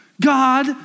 God